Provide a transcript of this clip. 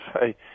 say